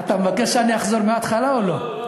אתה מבקש שאני אחזור מהתחלה או לא?